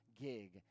gig